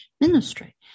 ministry